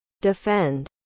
Defend